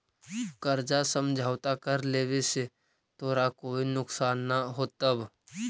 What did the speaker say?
कर्जा समझौता कर लेवे से तोरा कोई नुकसान न होतवऽ